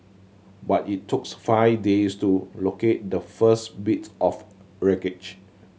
but it took five days to locate the first bits of wreckage